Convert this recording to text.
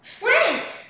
Sprint